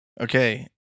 Okay